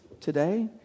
today